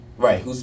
Right